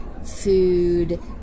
food